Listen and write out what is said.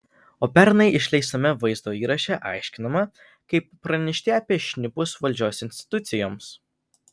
o pernai išleistame vaizdo įraše aiškinama kaip pranešti apie šnipus valdžios institucijoms